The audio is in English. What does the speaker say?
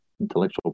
intellectual